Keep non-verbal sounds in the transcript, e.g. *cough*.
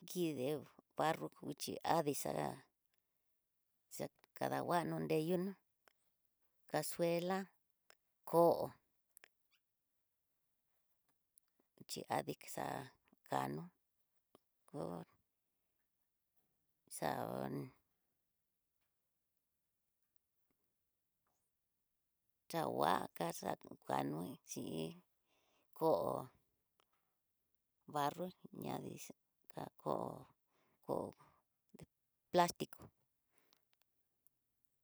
Kideó barro kuchi adí xa xakadanguano nre yunó, casuela, koo, xhiadi kixa kano, ko xaon xangua kaxa kuanoí, xhin koo barro ña di xa koo, koo plastico. *noise*